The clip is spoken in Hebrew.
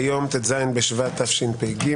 היום ט"ז בשבט התשפ"ג,